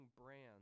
brands